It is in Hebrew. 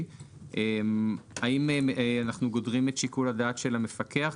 האם אנחנו גודרים את שיקול הדעת של המפקח?